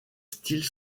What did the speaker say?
styles